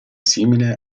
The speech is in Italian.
simile